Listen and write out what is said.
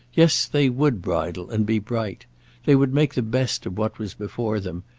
yes, they would bridle and be bright they would make the best of what was before them,